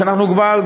שאנחנו כבר,